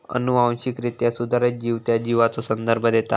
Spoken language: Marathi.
अनुवांशिकरित्या सुधारित जीव त्या जीवाचो संदर्भ देता